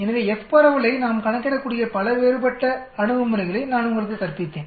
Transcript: எனவே F பரவலை நாம் கணக்கிடக்கூடிய பல வேறுபட்ட அணுகுமுறைகளை நான் உங்களுக்கு கற்பித்தேன்